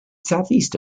southeast